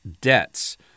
debts